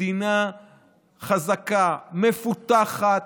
מדינה חזקה, מפותחת,